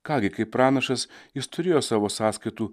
ką gi kaip pranašas jis turėjo savo sąskaitų